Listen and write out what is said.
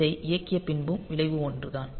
இதை இயக்கிய பின்பும் விளைவு ஒன்றுதான்